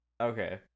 Okay